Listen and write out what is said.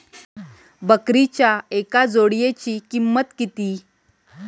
बकरीच्या एका जोडयेची किंमत किती?